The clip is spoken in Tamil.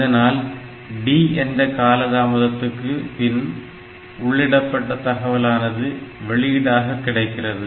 இதனால் D என்ற கால தாமதத்துக்கு பின் உள்ளிடப்பட்ட தகவலானது வெளியீடாக கிடைக்கிறது